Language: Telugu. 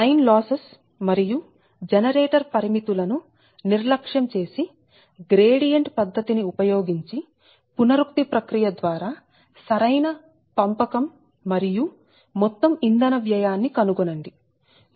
లైన్ లాసెస్ మరియు జనరేటర్ పరిమితులను నిర్లక్ష్యం చేసి గ్రేడియంట్ పద్ధతి ని ఉపయోగించి పునరుక్తి ప్రక్రియ ద్వారా సరైన పంపకం మరియు మొత్తం ఇంధన వ్యయాన్ని కనుగొనండి